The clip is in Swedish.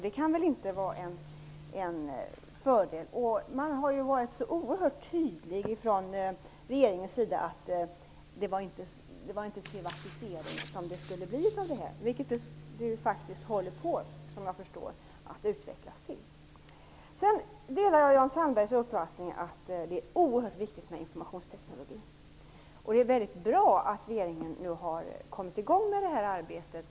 Det kan väl inte vara någon fördel. Regeringen har ju varit oerhört tydlig i uppfattningen att det inte är fråga om en privatisering. Såvitt jag förstår håller det faktiskt på att utvecklas till det. Jag delar Jan Sandbergs uppfattning att det är oerhört viktigt med informationsteknologi. Det är mycket bra att regeringen har kommit i gång med arbetet.